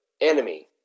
enemy